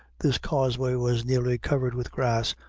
this causeway was nearly covered with grass,